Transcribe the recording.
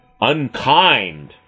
unkind